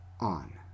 on